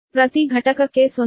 ಆದ್ದರಿಂದ ಪ್ರತಿ ಘಟಕಕ್ಕೆ 0